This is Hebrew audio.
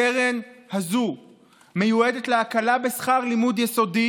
הקרן הזו מיועדת להקלה בשכר לימוד יסודי